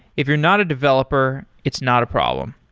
if you're not a developer, it's not a problem.